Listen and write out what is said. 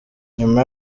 nyuma